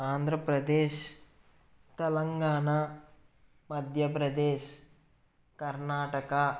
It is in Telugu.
ఆంధ్రప్రదేశ్ తెలంగాణ మధ్యప్రదేశ్ కర్ణాటక